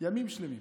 ימים שלמים,